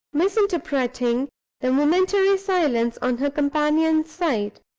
misinterpreting the momentary silence on her companion's side.